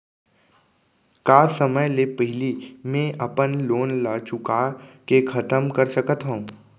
का समय ले पहिली में अपन लोन ला चुका के खतम कर सकत हव?